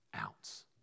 ounce